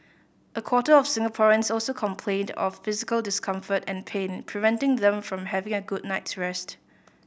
a quarter of Singaporeans also complained of physical discomfort and pain preventing them from having a good night's rest